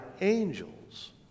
angels